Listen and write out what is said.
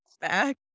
Back